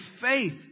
faith